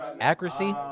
Accuracy